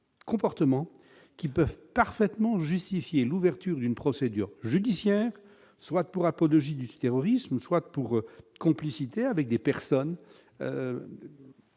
comportements qui peuvent parfaitement justifié l'ouverture d'une procédure judiciaire, Souad pour apologie du terrorisme, soit pour complicité avec des personnes